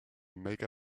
mega